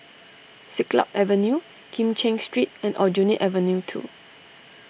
Siglap Avenue Kim Cheng Street and Aljunied Avenue two